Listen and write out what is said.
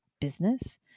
business